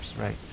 right